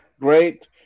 great